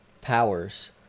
powers